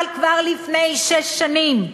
אבל כבר לפני שש שנים,